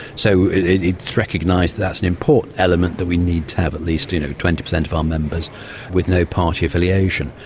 so it's recognised that's an important element that we need to have at least you know twenty percent of our um members with no party affiliation,